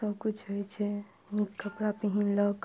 सबकिछु होइ छै नीक कपड़ा पहिरलक